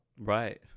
Right